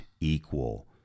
equal